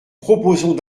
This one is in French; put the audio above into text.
proposons